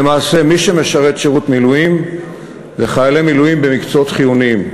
למעשה מי שמשרת שירות מילואים זה חיילי מילואים במקצועות חיוניים.